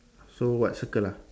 so what circle ah